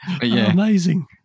Amazing